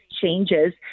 changes